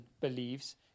believes